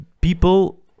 People